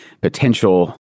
potential